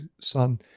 son